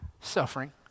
Suffering